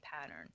pattern